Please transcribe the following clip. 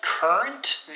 Current